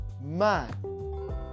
man